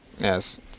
Yes